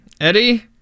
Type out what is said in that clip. Eddie